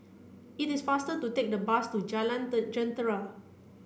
it is faster to take the bus to Jalan Jentera